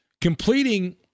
completing